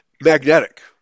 magnetic